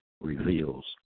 reveals